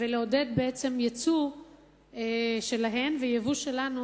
ולעודד בעצם יצוא שלהן ויבוא שלנו,